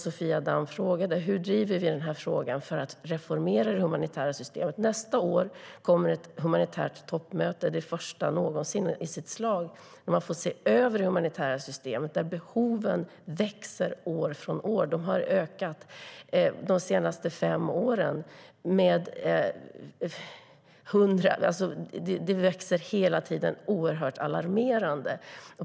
Sofia Damm frågade hur vi driver den här frågan för att reformera det humanitära systemet. Nästa år kommer ett humanitärt toppmöte, det första i sitt slag någonsin. Där får man se över det humanitära systemet, där behoven växer år från år. De har ökat de senaste fem åren. Det växer hela tiden oerhört alarmerande.